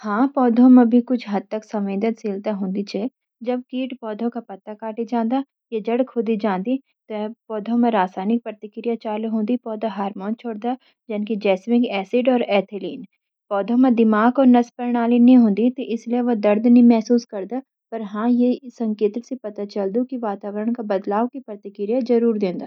हां पौधों म कुछ हद तक संवेदनशीलता हों दी छ। जब कीट पौधों का पत्ता काटी जांदन या जड़ खोदी जांदी त यू म रासायनिक प्रतिक्रिया चालू हूंदी पौधा हार्मोन छोड़ दा जन की जैसमिक एसिड और एथलीन। पौधों म दिमाग और नस प्रणाली नि हूंदी त इसलिए उ दर्द नि महसूस करदा। हां ये संकेतों सी पता चाल्दू की वातावरण म बदलाव की प्रतिक्रिया जरूर देंदा।